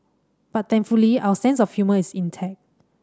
but thankfully our sense of humour is intact